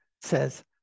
says